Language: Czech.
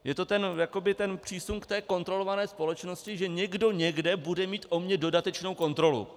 Je to jakoby přísun ke kontrolované společnosti, že někdo někde bude mít o mně dodatečnou kontrolu.